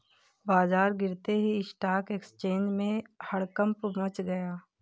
बाजार गिरते ही स्टॉक एक्सचेंज में हड़कंप मच गया